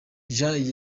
jan